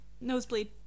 Nosebleed